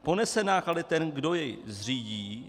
Ponese náklady ten, kdo jej zřídí?